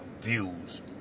Views